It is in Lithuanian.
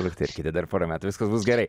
lukterkite dar porą metų viskas bus gerai